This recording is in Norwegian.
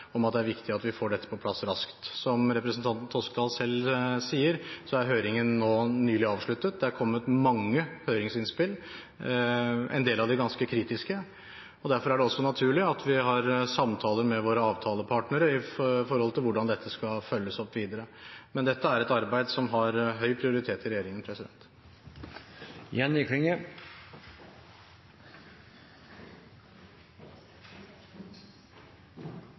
om at det er viktig at vi får dette på plass raskt. Som representanten Toskedal selv sier, er høringen nylig avsluttet. Det er kommet mange høringsinnspill, en del av dem ganske kritiske. Derfor er det naturlig at vi har samtaler med våre avtalepartnere om hvordan dette følges opp videre. Men dette er et arbeid som har høy prioritet i regjeringen.